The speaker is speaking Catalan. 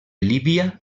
líbia